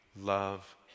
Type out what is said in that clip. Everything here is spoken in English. love